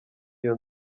iyo